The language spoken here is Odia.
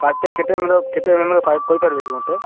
ପାଇପ୍ଟା କେତେ ଏମ୍ର କେତେ ଏମ୍ଏମ୍ର ପାଇପ୍ କହିପାରିବେ କି ମୋତେ